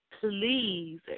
please